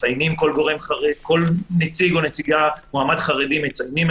מציינים כל מועמד חרדי.